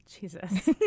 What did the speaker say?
Jesus